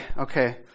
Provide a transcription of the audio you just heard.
okay